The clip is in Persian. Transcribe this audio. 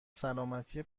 سلامتی